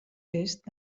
bist